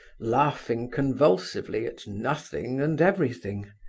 laughing convulsively at nothing and everything.